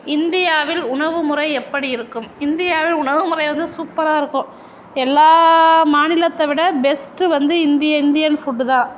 இந்தியாவில் உணவு முறை எப்படி இருக்கும் இந்தியாவில் உணவுமுறை வந்து சூப்பராக இருக்கும் எல்லா மாநிலத்தை விட பெஸ்ட்டு வந்து இந்திய இந்தியன் ஃபுட்டு தான்